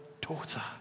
daughter